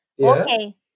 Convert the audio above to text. Okay